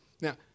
Now